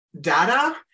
data